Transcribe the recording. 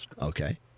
okay